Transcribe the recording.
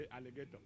alligator